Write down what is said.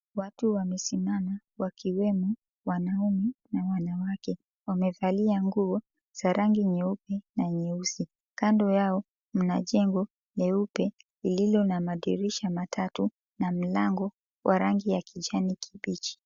Watu wamesimama, wakiwemo wanaume na wanawake. Wamevalia nguo za rangi nyeupe na nyeusi. Kando yao mna jengo leupe, lililo na madirisha matatu, na mlango wa rangi ya kijani kibichi.